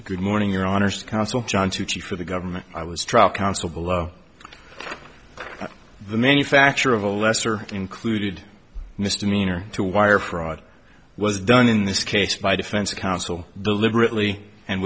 good morning your honour's counsel john tucci for the government i was trial counsel below the manufacture of a lesser included misdemeanor to wire fraud was done in this case by defense counsel deliberately and